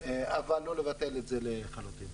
אבל לא לבטל את זה לחלוטין.